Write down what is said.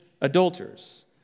adulterers